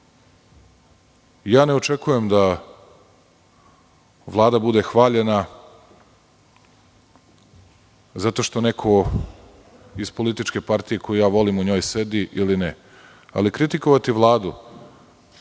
Ne očekujem da Vlada bude hvaljena zato što neko iz političke partije koju ja volim on sedi ili ne, ali kritikovati Vladu,